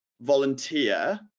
volunteer